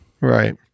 right